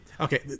Okay